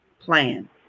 plan